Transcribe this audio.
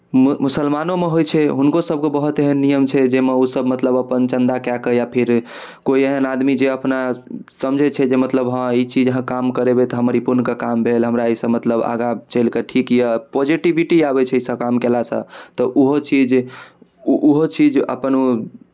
मु मुस्लमानोमे होइ छै हुनकोसभके बहुत एहन नियम छै जाहिमे ओसभ मतलब अपन चन्दा कए कऽ या फेर कोइ एहन आदमी जे अपना समझै छै जे मतलब हँ ई चीज अहाँ काम करयबै तऽ हमर ई पुण्यके काम भेल हमरा एहिसँ मतलब आगाँ चलि कऽ ठीक यए पोजिटीविटी आबै छै एहिसभ काम कयलासँ तऽ ओहो छियै जे ओहो छियै जे अपन ओ